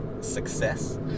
success